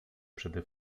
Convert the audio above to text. przede